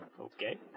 Okay